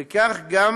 וכך גם